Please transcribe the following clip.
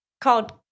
called